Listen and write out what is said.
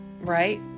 right